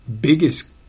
biggest